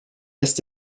lässt